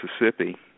Mississippi